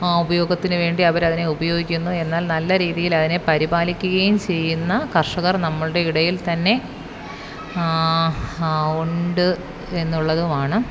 ഉപയോഗത്തിന് വേണ്ടി അവർ അതിനെ ഉപയോഗിക്കുന്നു എന്നാൽ നല്ല രീതിയിൽ അതിനെ പരിപാലിക്കുകയും ചെയ്യുന്ന കർഷകർ നമ്മുടെ ഇടയിൽ തന്നെ ഉണ്ട് എന്നുള്ളതുമാണ്